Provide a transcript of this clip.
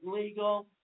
legal